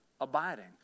abiding